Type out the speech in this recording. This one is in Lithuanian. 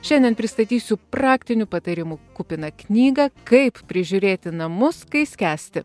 šiandien pristatysiu praktinių patarimų kupiną knygą kaip prižiūrėti namus kai skęsti